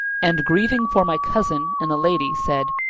and grieving for my cousin and the lady, said,